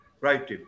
Right